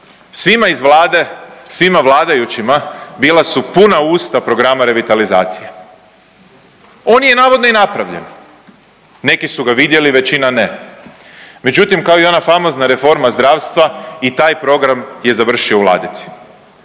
svima iz Vlade, svima vladajućima bila su puna usta programa revitalizacije. On je navodno i napravljen, neki su ga vidjeli, većina ne, međutim kao i ona famozna reforma zdravstva i taj program je završio u ladici.